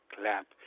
clap